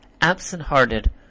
absent-hearted